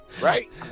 right